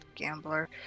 Gambler